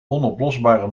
onoplosbare